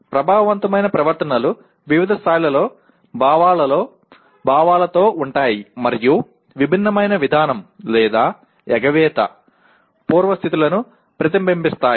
ప్రభావవంతమైన ప్రవర్తనలు వివిధ స్థాయిల భావాలతో ఉంటాయి మరియు విభిన్నమైన "విధానం" లేదా "ఎగవేత" పూర్వస్థితులను ప్రతిబింబిస్తాయి